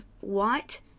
white